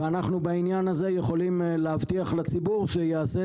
ואנחנו בעניין הזה יכולים להבטיח לציבור שייעשה